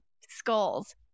skulls